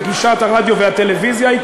מגישת הרדיו והטלוויזיה,